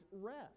rest